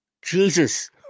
Jesus